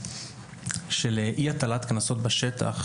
של אי-הטלת קנסות בשטח,